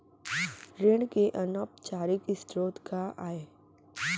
ऋण के अनौपचारिक स्रोत का आय?